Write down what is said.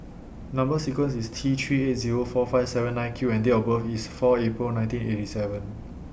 Number sequence IS T three eight Zero four five seven nine Q and Date of birth IS four April nineteen eighty seven